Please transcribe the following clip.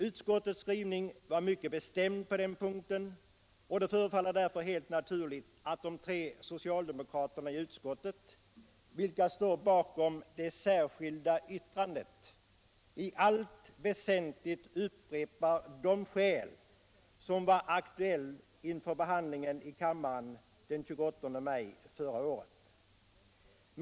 Utskottets skrivning var mycket bestämd på den punkten, och det förefaller därför helt naturligt au de tre socialdemokrater i utskottet som står bakom det nu aktuella särskilda yttrandet i allt väsentligt upprepar de motskäl som var aktuella inför beslutet i kammaren den 28 maj förra året.